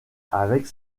avec